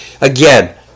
again